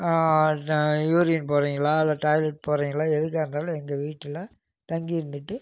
urine போகிறீங்களா இல்லை toilet போகிறீங்களா எதுக்காக இருந்தாலும் எங்கள் வீட்டில தங்கி இருந்துட்டு